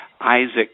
Isaac